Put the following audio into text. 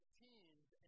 teams